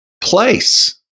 place